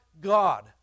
God